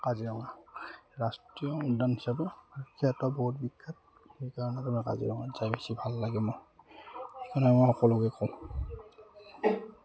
কাজিৰঙা ৰাষ্ট্ৰীয় উদ্যান হিচাপে বিখ্যাত বহুত বিখ্যাত সেইকাৰণে তোমাৰ কাজিৰঙাত যাই বেছি ভাল লাগে মোৰ সেইকাৰণে মই সকলোকে কওঁ